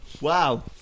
Wow